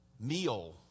meal